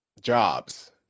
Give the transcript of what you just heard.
jobs